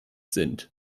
sind